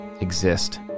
Exist